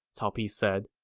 cao pi said.